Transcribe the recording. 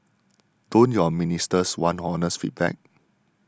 don't your ministers want honest feedback